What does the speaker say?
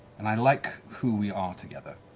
and i like who we are together,